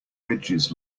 ridges